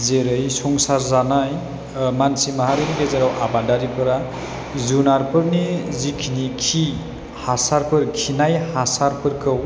जेरै संसार जानाय मानसि माहारिनि गेजेराव आबादारिफोरा जुनारफोरनि जिखिनि खि हासारफोर खिनाय हासारफोरखौ